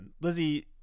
Lizzie